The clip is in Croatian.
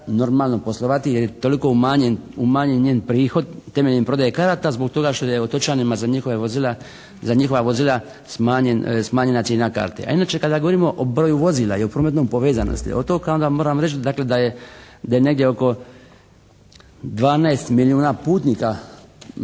normalno poslovati jer je toliko umanjen njen prihod temeljem prodaje karata zbog toga što je otočanima za njihova vozila smanjena cijena karte. A inače kada govorimo o broju vozila i o prometnoj povezanosti otoka onda moramo reći dakle da je negdje oko 12 milijuna putnika